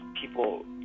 people